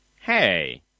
Hey